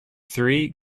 three